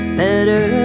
better